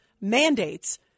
mandates